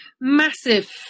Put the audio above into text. massive